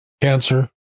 Cancer